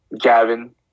Gavin